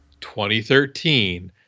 2013